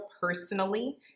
personally